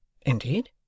Indeed